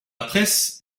presse